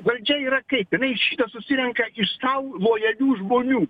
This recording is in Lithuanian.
valdžia yra kaip jinai šitą susirenka iš sau lojalių žmonių